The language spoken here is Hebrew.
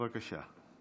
בבקשה.